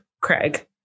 Craig